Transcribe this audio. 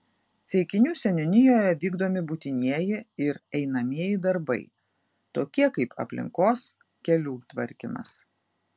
ceikinių seniūnijoje vykdomi būtinieji ir einamieji darbai tokie kaip aplinkos kelių tvarkymas